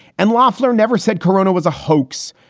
and loffler never said corona was a hoax,